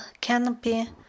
canopy